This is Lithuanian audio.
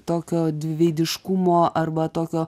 tokio dviveidiškumo arba tokio